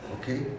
okay